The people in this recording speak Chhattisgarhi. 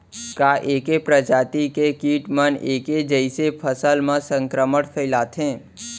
का ऐके प्रजाति के किट मन ऐके जइसे फसल म संक्रमण फइलाथें?